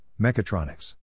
Mechatronics